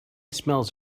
smells